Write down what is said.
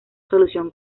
solución